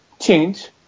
change